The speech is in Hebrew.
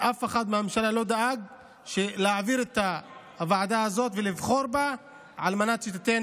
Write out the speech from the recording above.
אף אחד מהממשלה לא דאג לבחור את הוועדה הזאת על מנת שתיתן